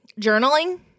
journaling